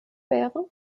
wäre